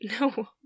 No